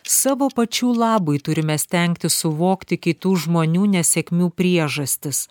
savo pačių labui turime stengtis suvokti kitų žmonių nesėkmių priežastis